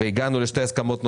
הגענו לשתי הסכמות נוספות,